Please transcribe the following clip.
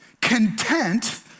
content